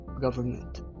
government